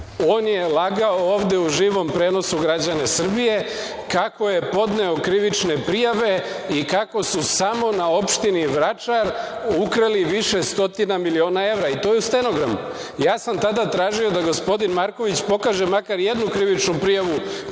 je lagao ovde u živom prenosu građane Srbije kako je podneo krivične prijave i kako su samo na opštini Vračar ukrali više stotina miliona evra. To je u stenogramu. Tražio sam tada da gospodin Marković pokaže makar jednu krivičnu prijavu